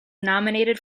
nominated